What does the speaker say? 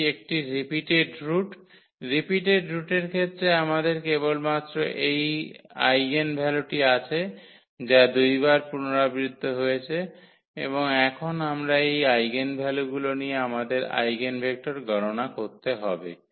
এটি একটি repeated root repeated রুটের ক্ষেত্রে আমাদের কেবলমাত্র এই আইগেনভ্যালুটি আছে যা 2 বার পুনরাবৃত্তি হয়েছে এবং এখন আমরা এই আইগেনভ্যালুগুলি নিয়ে আমাদের আইগেনভেক্টর গণনা করতে হবে